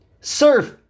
Surf